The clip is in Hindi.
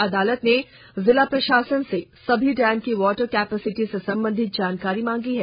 अदालत ने जिला प्रशासन से सभी डैम की वाटर कैपेसिटी से संबंधित जानकारी मांगी है